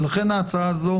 לכן ההצעה הזו